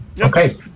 Okay